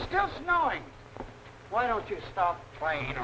still snowing why don't you stop trying